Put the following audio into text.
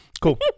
cool